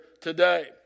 today